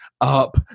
up